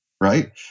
right